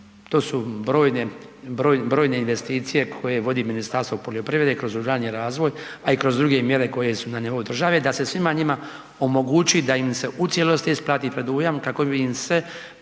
to su brojne investicije koje vodi Ministarstvo poljoprivrede kroz ruralni razvoj a i kroz druge mjere koje su na nivou države, da se svima njima omogući da im se u cijelosti isplati predujam kako bi im se